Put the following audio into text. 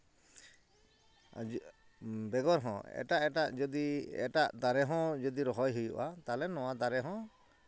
ᱵᱮᱜᱚᱨ ᱦᱚᱸ ᱮᱴᱟᱜ ᱮᱴᱟᱜ ᱡᱩᱫᱤ ᱮᱴᱟᱜ ᱫᱟᱨᱮ ᱦᱚᱸ ᱡᱩᱫᱤ ᱨᱚᱦᱚᱭ ᱦᱩᱭᱩᱜᱼᱟ ᱛᱟᱦᱚᱞᱮ ᱱᱚᱣᱟ ᱫᱟᱨᱮ ᱦᱚᱸ